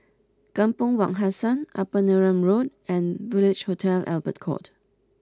Kampong Wak Hassan Upper Neram Road and Village Hotel Albert Court